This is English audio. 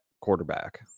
quarterback